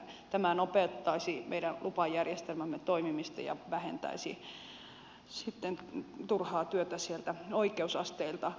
tämä nopeuttaisi meidän lupajärjestelmämme toimimista ja vähentäisi turhaa työtä sieltä oikeusasteilta